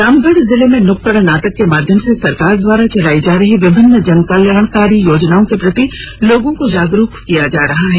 रामगढ़ जिले में नुक्कड़ नाटक के माध्यम से सरकार द्वारा चलाई जा रही विभिन्न जनकल्याणकारी योजनाओं के प्रति लोगों को जागरूक किया जा रहा है